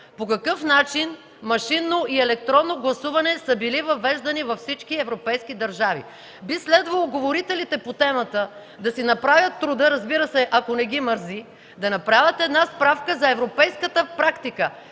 били въвеждани машинно и електронно гласуване във всички европейски държави. Би следвало говорителите по темата да си направят труда, разбира се, ако не ги мързи, да направят справка за европейската практика